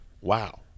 wow